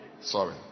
sorry